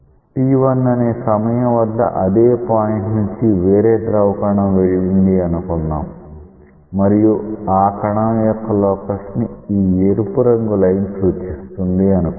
t1 అనే సమయం వద్ద అదే పాయింట్ నుండి వేరే ద్రవ కణం వెళ్ళింది అనుకుందాం మరియు ఆ కణం యొక్క లోకస్ ని ఈ ఎరుపు రంగు లైన్ సూచిస్తుంది అనుకుందాం